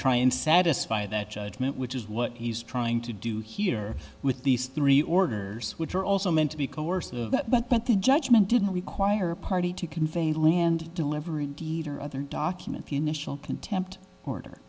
try and satisfy that judge which is what he's trying to do here with these three orders which are also meant to be coercive but the judgement didn't require a party to convey land delivery deed or other document the initial contempt order